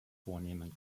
vornehmen